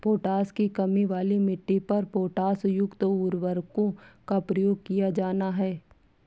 potash की कमी वाली मिट्टी पर पोटाशयुक्त उर्वरकों का प्रयोग किया जाना है